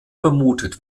vermutet